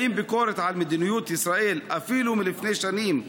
האם ביקורת על מדיניות ישראל, אפילו מלפני שנים,